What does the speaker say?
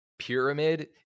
pyramid